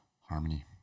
harmony